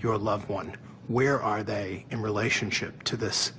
your loved one where are they in relationship to this